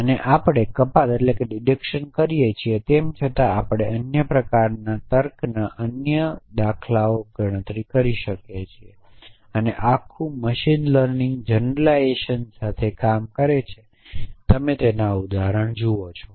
અને આપણે કપાત કરીએ છીએ તેમ છતાં આપણે અન્ય પ્રકારનાં તર્કના અન્ય પ્રકારો દાખલા તરીકે કરીએ છીએ અને આખું મશીન લર્નિંગ જનરલાઇઝેશન સાથે કામ કરે છે તમે તેના ઉદાહરણો જુઓ છો